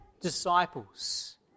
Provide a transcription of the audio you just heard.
disciples